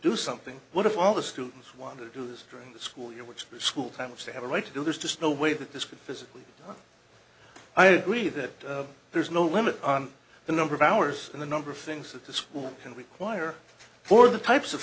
do something what if all the students want to do this during the school year which for school times they have a right to do there's just no way that this would physically i agree that there's no limit on the number of hours and the number of things that the school can require for the types of